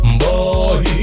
boy